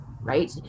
right